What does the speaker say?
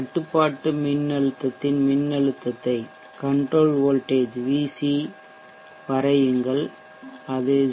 கட்டுப்பாட்டு மின்னழுத்தத்தின் மின்னழுத்தத்தைத் வரையுங்கள் அது 0